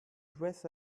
dress